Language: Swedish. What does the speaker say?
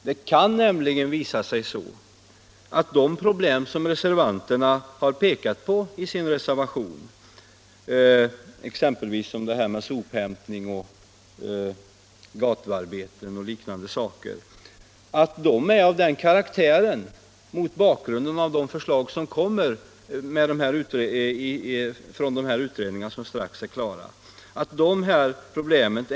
Mot bakgrunden av de förslag som kommer från utredningarna, vilka strax är klara, kan det nämligen visa sig att de problem som reservanterna har pekat på — buller från sophämtning, gatuarbeten etc.